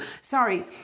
sorry